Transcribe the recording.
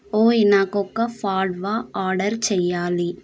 ఓయ్ నాకొక ఫాడ్వా ఆర్డర్ చేయాలి